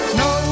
no